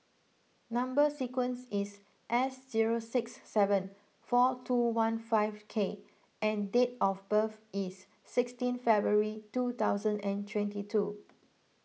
Number Sequence is S zero six seven four two one five K and date of birth is sixteen February two thousand and twenty two